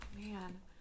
man